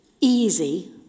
easy